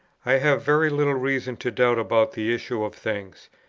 i have very little reason to doubt about the issue of things,